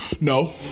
no